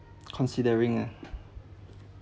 considering ah